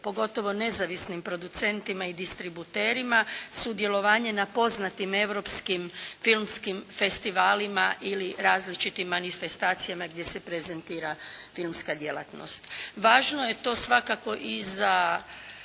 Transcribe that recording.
pogotovo nezavisnim producentima i distributerima sudjelovanje na poznatim europskim filmskih festivalima ili različitim manifestacijama gdje se prezentira filmska djelatnost. Važno je to svakako i za